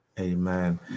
Amen